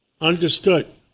Understood